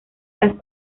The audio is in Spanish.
las